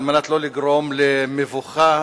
כדי לא לגרום מבוכה